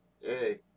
Hey